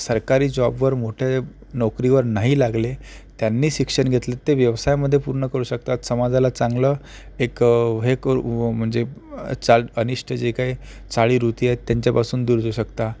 सरकारी जॉबवर मोठे नोकरीवर नाही लागले त्यांनी शिक्षण घेतलं ते व्यवसायामध्ये पूर्ण करू शकतात समाजाला चांगलं एक हे करू म्हणजे चाल अनिष्ट जे काही चालीरीती आहेत त्यांच्यापासून दूर जाऊ शकता